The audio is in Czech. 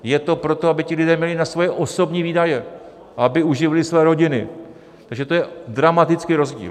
Je to proto, aby ti lidé měli na svoje osobní výdaje a aby uživili své rodiny, takže to je dramatický rozdíl.